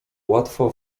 łatwo